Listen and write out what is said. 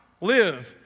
live